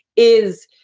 is.